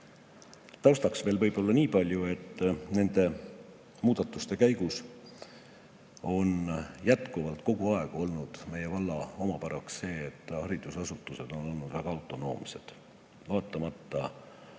Taustaks veel nii palju, et nende muudatuste käigus on jätkuvalt, kogu aeg olnud meie valla omapäraks see, et haridusasutused on olnud väga autonoomsed.